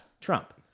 Trump